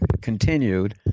continued